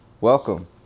Welcome